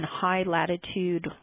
high-latitude